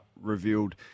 revealed